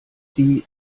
die